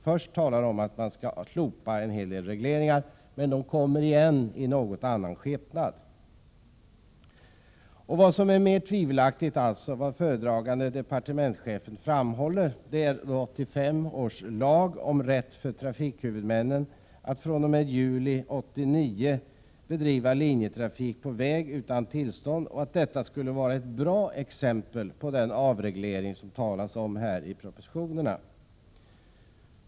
Först talar man om att slopa en hel del regleringar, men de kommer igen i någon annan skepnad. Tvivelaktigt är det när föredragande departementschefen framhåller att 1985 års lag om rätt för trafikhuvudmännen att fr.o.m. juli 1989 bedriva linjetrafik på väg utan tillstånd skulle vara ett bra exempel på den avreglering som det talas om i propositionerna.